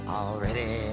already